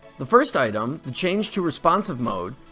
the first item, the change to responsive mode,